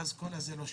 אז כל זה לא שווה.